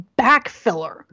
backfiller